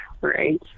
Right